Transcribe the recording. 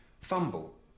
fumble